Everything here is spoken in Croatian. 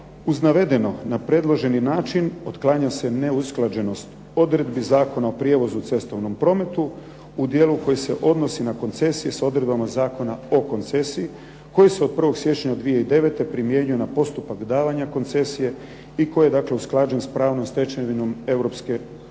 Uz navedeno na predloženi način otklanja se neusklađenost odredbi Zakona o prijevozu u cestovnom prometu u dijelu koji se odnosi na koncesije s odredbama Zakona o koncesiji koji se od 1. siječnja 2009. primjenjuje na postupak davanja koncesije i koji je, dakle usklađen s pravnom stečevinom